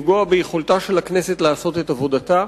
לפגוע ביכולתה של הכנסת לעשות את עבודתה,